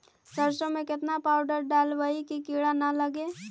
सरसों में केतना पाउडर डालबइ कि किड़ा न लगे?